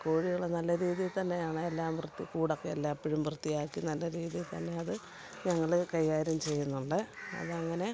കോഴികളെ നല്ല രീതിയില് തന്നെയാണ് എല്ലാം വൃത്തി കൂടൊക്കെ എല്ലായ്പ്പോഴും വൃത്തിയാക്കി നല്ല രീതിയില് തന്നെയത് ഞങ്ങള് കൈകാര്യം ചെയ്യുന്നുണ്ട് അതങ്ങനെ